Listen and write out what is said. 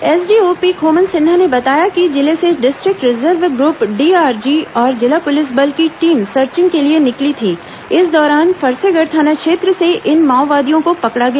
SDOP Khoman Sinha ने बताया कि जिले से डिस्ट्रिक्ट रिजर्व ग्रुप डीआरजी और जिला पुलिस बल की टीम सर्चिंग के निकली थी इस दौरान फरसेगढ़ थाना क्षेत्र से इन माओवादियों को पकड़ा गया